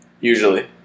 usually